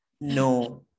no